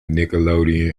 nickelodeon